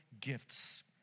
gifts